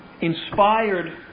inspired